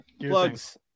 Plugs